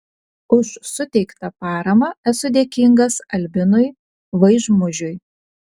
už suteiktą paramą esu dėkingas albinui vaižmužiui